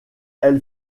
elle